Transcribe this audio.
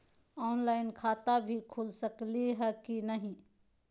Online खाता भी खुल सकली है कि नही?